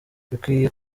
bikwiye